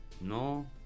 No